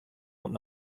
oant